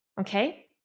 Okay